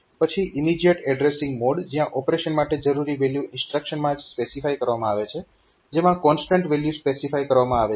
પછી immediate addressing mode જ્યાં operation માટેની જરૂરી વેલ્યુ ઇન્સ્ટ્રક્શનમાં જ સ્પેસિફાય કરવામાં આવે છે જેમાં કોન્સ્ટન્ટ વેલ્યુ સ્પેસિફાય કરવામાં આવે છે